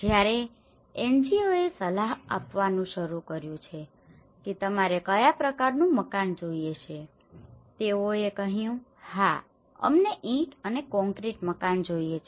જ્યારે NGO એ સલાહ આપવાનું શરૂ કર્યું છે કે તમારે કયા પ્રકારનું મકાન જોઈએ છે તેઓએ કહ્યું હા અમને ઇંટ અને કોન્ક્રીટ મકાન જોઈએ છે